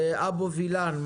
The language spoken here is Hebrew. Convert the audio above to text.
אבו וילן,